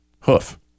hoof